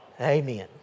Amen